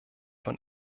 von